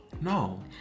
No